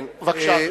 בבקשה.